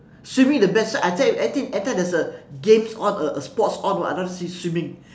swimming is the best so I say everything every time there's a game on a sports on what I want to see swimming